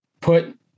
put